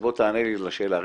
בוא תענה לי לשאלה.